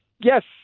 yes